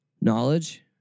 knowledge